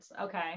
Okay